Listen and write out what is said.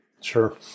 Sure